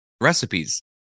recipes